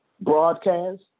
broadcast